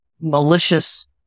malicious